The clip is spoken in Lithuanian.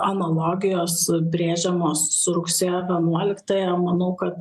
analogijos brėžiamos su rugsėjo vienuoliktąja manau kad